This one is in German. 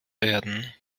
werden